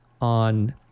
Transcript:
on